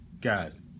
Guys